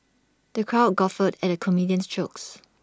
the crowd guffawed at the comedian's jokes